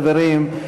חברים.